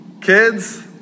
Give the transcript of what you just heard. kids